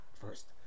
first